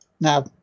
now